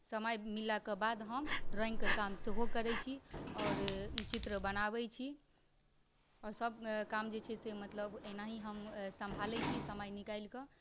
समय मिललाके बाद हम ड्रॉइंगके काम सेहो करै छी आओर चित्र बनाबै छी आओर सभकाम जे छै से मतलब एनाही हम सम्भालै छी समय निकालि कऽ